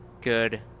good